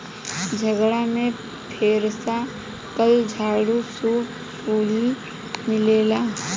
झगड़ा में फेरसा, कल, झाड़ू, सूप कुल मिलेला